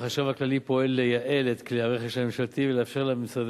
החשב הכללי פועל לייעל את כלי הרכש הממשלתי ולאפשר למשרדי